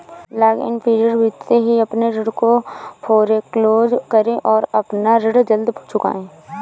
lock in period बीतते ही अपने ऋण को फोरेक्लोज करे और अपना ऋण जल्द चुकाए